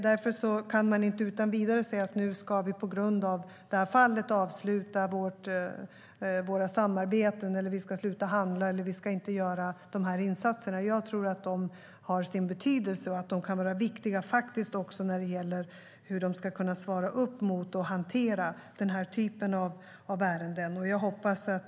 Därför kan man inte utan vidare säga att vi nu på grund av det här fallet ska avsluta våra samarbeten, sluta handla eller sluta göra de här insatserna. Jag tror att de har sin betydelse och att de kan vara viktiga faktiskt också när det gäller hur de ska kunna svara upp emot och hantera den här typen av ärenden.